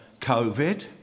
COVID